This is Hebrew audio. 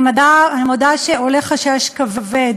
אני מודה שעולה חשש כבד